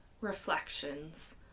reflections